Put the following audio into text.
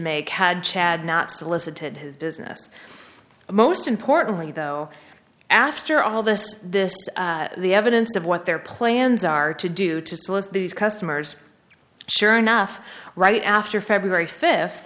make had chad not solicited his business and most importantly though after all this this the evidence of what their plans are to do to these customers sure enough right after february fifth